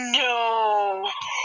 no